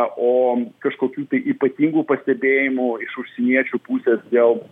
o kažkokių tai ypatingų pastebėjimų iš užsieniečių pusės dėl